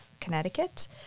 Connecticut